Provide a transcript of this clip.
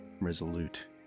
resolute